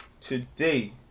today